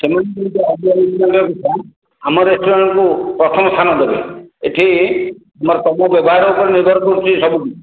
ଆମ ରେଷ୍ଟୁରାଣ୍ଟ୍କୁ ପ୍ରଥମ ସ୍ଥାନ ଦେବେ ଏଠି ତୁମର ସବୁ ବ୍ୟବହାର ଉପରେ ନିର୍ଭର କରୁଛି ସବୁକିଛି